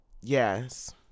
Yes